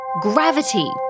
Gravity